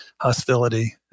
hostility